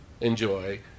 enjoy